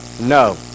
No